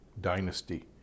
dynasty